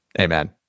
amen